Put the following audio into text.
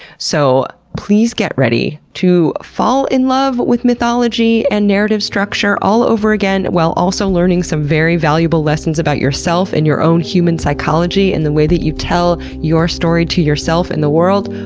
so, please get ready to fall in love with mythology and narrative structure all over again, while also learning some very valuable lessons about yourself, and your own human psychology, and the way that you tell your story to yourself and the world.